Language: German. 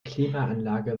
klimaanlage